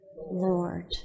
Lord